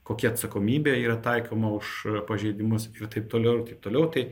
kokia atsakomybė yra taikoma už pažeidimus ir taip toliau ir taip toliau tai